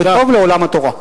וטוב לעולם התורה.